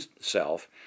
self